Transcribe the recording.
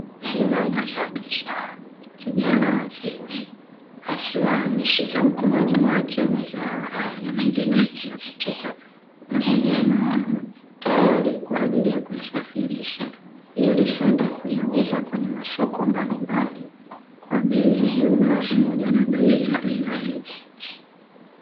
Mkulima wa mazao ya biashara kijana wa kiume, akiwa ameshika mkononi mwake mazao hayo na mengine yakiwa katika magunia maalumu, tayari kwa ajili ya kuyasafirisha, ili kwenda kuyauza kwenye masoko mbalimbali, kwa bei ya jumla pamoja na bei za rejareja.